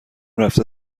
رفته